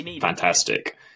fantastic